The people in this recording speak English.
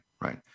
Right